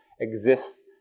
exists